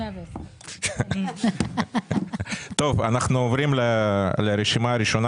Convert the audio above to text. אנחנו עוברים לרשימה הראשונה